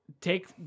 take